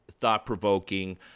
thought-provoking